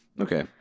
Okay